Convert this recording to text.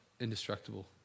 indestructible